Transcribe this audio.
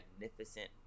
magnificent